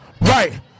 right